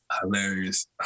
Hilarious